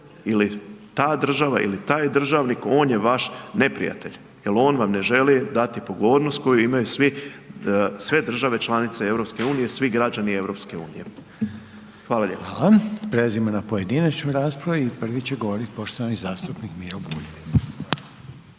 ili ta država ili taj državnik, on je vaš neprijatelj jer on vam ne želi dati pogodnost koju imaju sve države članice EU, svi građani EU. Hvala lijepo. **Reiner, Željko (HDZ)** Hvala. Prelazimo na pojedinačnu raspravu i prvi će govoriti poštovani zastupnik Miro Bulj.